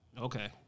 Okay